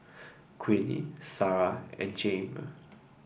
Queenie Sara and Jayme